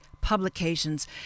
publications